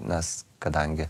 nes kadangi